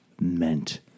meant